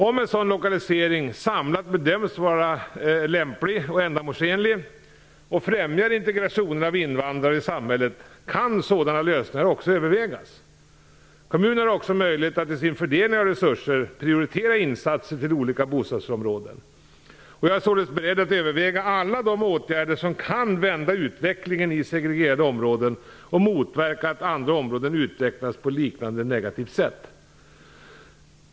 Om en sådan lokalisering samlat bedöms vara lämplig och ändamålsenlig och främjar integrationen av invandrare i samhället kan sådana lösningar också övervägas. Kommunerna har också möjlighet att i sin fördelning av resurser prioritera insatser till olika bostadsområden. Jag är således beredd att överväga alla de åtgärder som kan vända utvecklingen i segregerade områden och motverka att andra områden utvecklas på ett liknande negativt sätt.